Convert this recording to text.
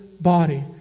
body